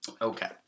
okay